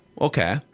Okay